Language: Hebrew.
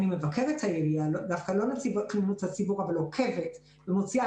אני מבקרת העירייה ולא נציבת תלונות ציבור אבל עוקבת ומוציאה